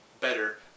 better